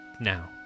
now